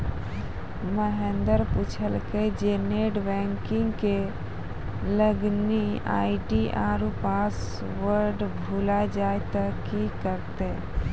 महेन्द्र पुछलकै जे net banking के लागिन आई.डी आरु पासवर्ड भुलाय जाय त कि करतै?